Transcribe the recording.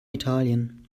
italien